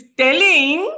telling